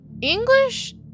English